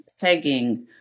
pegging